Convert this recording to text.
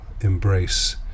embrace